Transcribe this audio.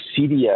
CDS